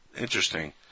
Interesting